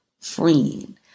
friend